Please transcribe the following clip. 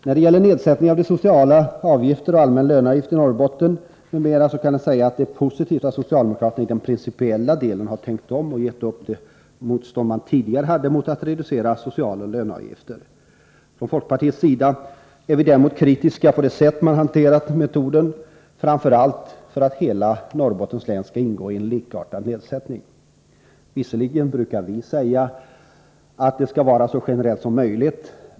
När det gäller nedsättning av sociala avgifter och allmän löneavgift i Norrbotten m.m. är det positivt att socialdemokraterna i den principiella delen har tänkt om och gett upp det motstånd man tidigare hade mot att reducera sociala löneavgifter. Från folkpartiets sida är vi däremot kritiska mot det sätt som man har hanterat metoden på. Framför allt kritiserar vi att hela Norrbottens län skall ingå i en likartad nedsättning. Visserligen brukar vi säga att åtgärder skall vara så generella som möjligt.